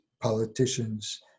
politicians